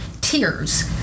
tears